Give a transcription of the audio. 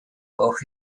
auch